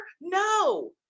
No